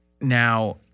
Now